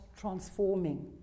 transforming